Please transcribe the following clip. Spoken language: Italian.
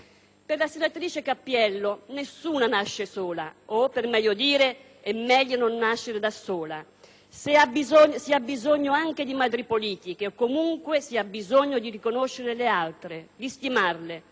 Per la senatrice Cappiello, nessuna nasce sola o, per meglio dire, è meglio non nascere da sola. Si ha bisogno anche di madri politiche o, comunque, si ha bisogno di riconoscere le altre, di stimarle: